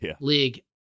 league